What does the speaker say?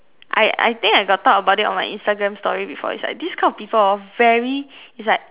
I I I think I got talk about it on my Instagram story before it's like this kind of people hor very is like